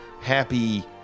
happy